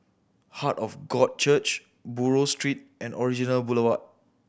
Heart of God Church Buroh Street and Orchard Boulevard